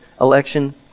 election